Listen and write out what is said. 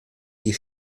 die